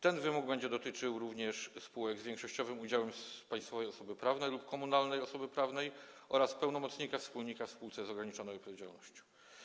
Ten wymóg będzie dotyczył również spółek z większościowym udziałem państwowej osoby prawnej lub komunalnej osoby prawnej oraz pełnomocnika wspólnika w spółce z ograniczoną odpowiedzialnością.